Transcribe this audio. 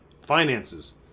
finances